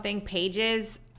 pages